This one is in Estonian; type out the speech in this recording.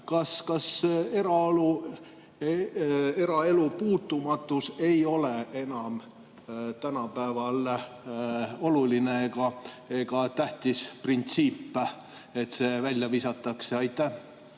Kas eraelu puutumatus ei ole enam tänapäeval oluline ega tähtis printsiip, et see välja visatakse? Aitäh!